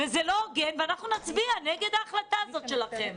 זה לא הוגן, ואנחנו נצביע נגד ההחלטה הזאת שלכם.